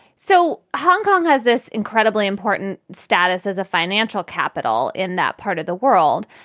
so hong kong has this incredibly important status as a financial capital in that part of the world.